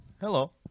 hello